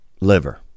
liver